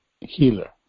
healer